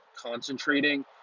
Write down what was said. concentrating